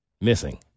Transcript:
missing